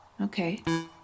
okay